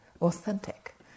authentic